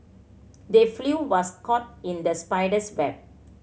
the was caught in the spider's web